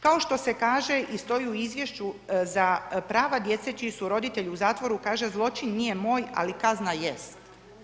Kao što se kaže i stoji u izvješću, za prava djece čiji su roditelji u zatvoru, kaže, zločin nije moj, ali kazna jest.